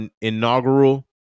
inaugural